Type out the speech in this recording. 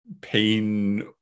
pain